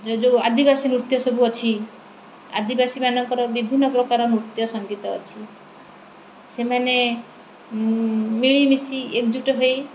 ଯୋଉ ଆଦିବାସୀ ନୃତ୍ୟ ସବୁ ଅଛି ଆଦିବାସୀମାନଙ୍କର ବିଭିନ୍ନ ପ୍ରକାର ନୃତ୍ୟ ସଙ୍ଗୀତ ଅଛି ସେମାନେ ମିଳିମିଶି ଏକଜୁଟ୍ ହୋଇ